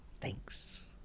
Thanks